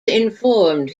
informed